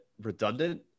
redundant